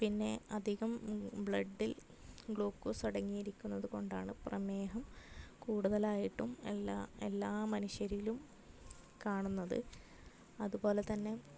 പിന്നെ അധികം ബ്ലഡിൽ ഗ്ളൂക്കോസ് അടങ്ങിയിരിക്കുന്നത് കൊണ്ടാണ് പ്രമേഹം കൂടുതലായിട്ടും എല്ലാ എല്ലാ മനുഷ്യരിലും കാണുന്നത് അതുപോലെതന്നെ